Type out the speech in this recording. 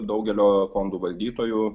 daugelio fondų valdytojų